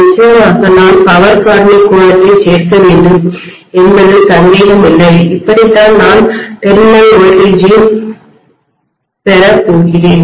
நிச்சயமாக நான் பவர் காரணி கோணத்தை சேர்க்க வேண்டும் என்பதில் சந்தேகமில்லை இப்படிதான் நான் டெர்மினல் வோல்டேஜை முனைய மின்னழுத்தத்தைப் பெறப் போகிறேன்